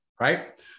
right